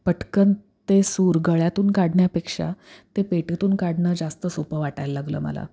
पटकन ते सूर गळ्यातून काढण्यापेक्षा ते पेटीतून काढणं जास्त सोपं वाटायला लागलं मला